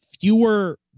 fewer